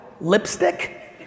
lipstick